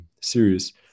series